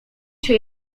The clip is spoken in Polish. się